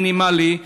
המינימלי,